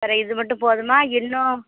வேறு இது மட்டும் போதுமா இன்னும்